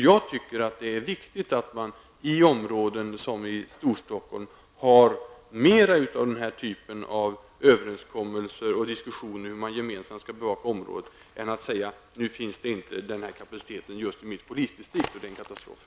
Jag tycker att det är viktigt att man i sådana områden som Storstockholm har mera av den här typen av överenskommelser och diskussioner om hur man gemensamt skall bevaka området än att säga att det är en katastrof att det inte finns tillräcklig kapacitet just i ett visst polisdistrikt.